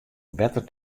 better